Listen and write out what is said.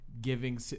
giving